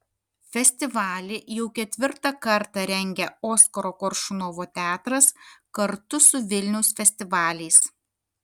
festivalį jau ketvirtą kartą rengia oskaro koršunovo teatras kartu su vilniaus festivaliais